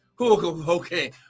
Okay